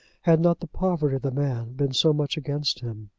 had not the poverty of the man been so much against him.